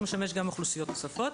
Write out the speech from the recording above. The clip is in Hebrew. הוא משמש גם אוכלוסיות נוספות.